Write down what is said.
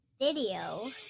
video